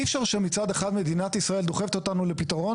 אי אפשר שמצד אחד מדינת ישראל דוחפת אותנו לפתרון